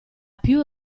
più